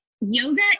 Yoga